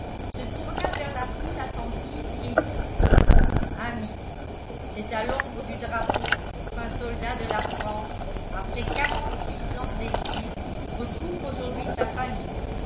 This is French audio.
se tourna vers la foule attentive et dit amis c'est à l'ombre du drapeau qu'un soldat de la france après quarante-six ans d'exil retrouve aujourd'hui sa famille